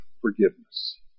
forgiveness